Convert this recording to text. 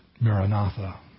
Maranatha